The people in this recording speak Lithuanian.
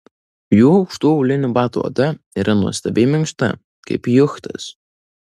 jų aukštų aulinių batų oda yra nuostabiai minkšta kaip juchtas